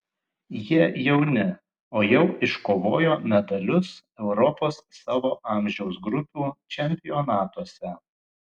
jie jauni o jau iškovojo medalius europos savo amžiaus grupių čempionatuose